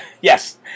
yes